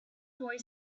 boy